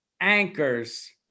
anchors